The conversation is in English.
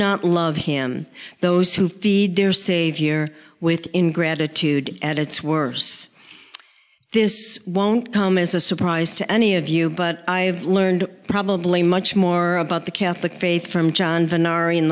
not love him those who feed their savior with in gratitude at its worse this won't come as a surprise to any of you but i've learned probably much more about the catholic faith from john van are in